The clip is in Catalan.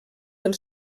del